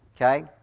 Okay